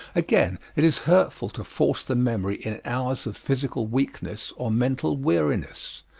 again, it is hurtful to force the memory in hours of physical weakness or mental weariness.